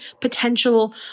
potential